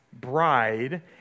bride